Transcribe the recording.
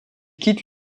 quitte